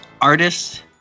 artist